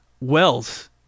wells